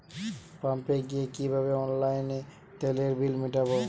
পাম্পে গিয়ে কিভাবে অনলাইনে তেলের বিল মিটাব?